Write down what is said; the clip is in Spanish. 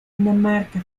dinamarca